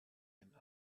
him